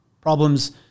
problems